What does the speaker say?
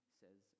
says